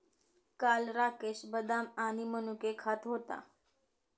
काल राकेश बदाम आणि मनुके खात होता